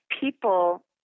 people